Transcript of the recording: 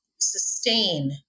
sustain